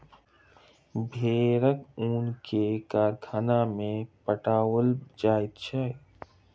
भेड़क ऊन के कारखाना में पठाओल जाइत छै